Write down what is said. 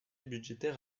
budgétaire